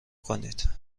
کنید